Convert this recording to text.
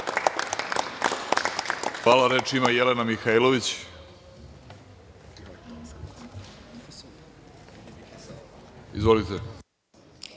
Hvala. Reč ima Jelena Mihailović. Izvolite.